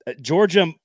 Georgia